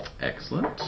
Excellent